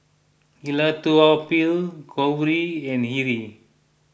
Elattuvalapil Gauri and Hri